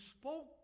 spoke